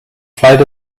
flight